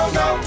no